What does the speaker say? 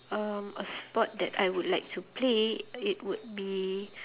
um a sport that I would like to play it would be